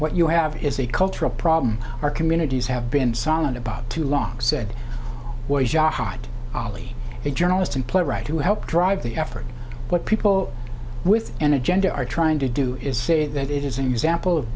what you have is a cultural problem our communities have been silent about too long said hot ali a journalist and playwright who helped drive the effort what people with an agenda are trying to do is say that it is an example of